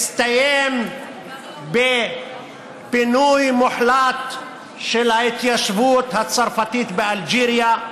זה הסתיים בפינוי מוחלט של ההתיישבות הצרפתית באלג'יריה.